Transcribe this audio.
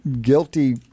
guilty